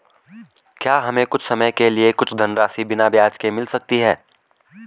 क्या हमें कुछ समय के लिए कुछ धनराशि बिना ब्याज के मिल सकती है?